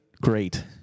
great